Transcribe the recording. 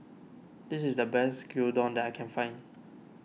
this is the best Gyudon that I can find